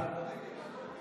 (קורא בשמות חברי הכנסת)